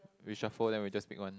reshuffle then we just pick one